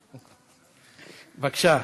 אוקיי.